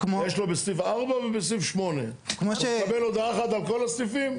יש לו בסניף 4 ובסניף 8. הוא מקבל הודעה אחת על כל הסניפים?